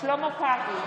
שלמה קרעי,